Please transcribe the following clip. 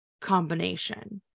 combination